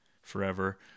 forever